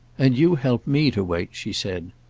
and you help me to wait, she said.